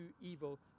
evil